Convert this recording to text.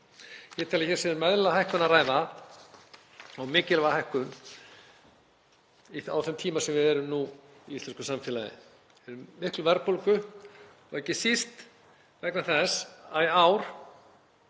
Ég tel að hér sé um eðlilega hækkun að ræða og mikilvæga hækkun á þeim tíma sem við erum nú í íslensku samfélagi, tímum mikillar verðbólgu, og ekki síst vegna þess að í ár